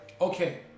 Okay